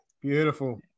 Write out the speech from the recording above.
Beautiful